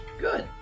Good